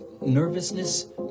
nervousness